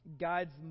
God's